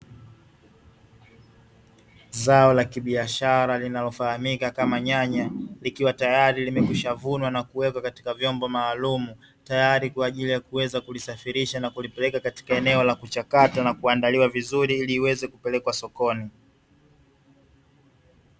Zao la kibiashara linalofahamika kama nyanya, likiwa tayari limekwishavunwa na kuwekwa katika vyombo maalumu, tayari kwa ajili ya kuweza kulisafirisha na kulipeleka katika eneo la kuchakata na kuandaliwa vizuri ili liweze kupelekwa sokoni.